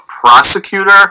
prosecutor